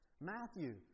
Matthew